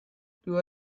you